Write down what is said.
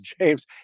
James